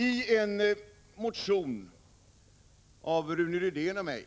I en motion av Rune Rydén och mig